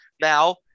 now